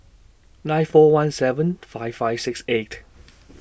nine four one seven five five six eight